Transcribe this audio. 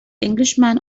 englishman